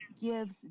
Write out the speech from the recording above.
gives